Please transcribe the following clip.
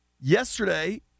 Yesterday